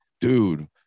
dude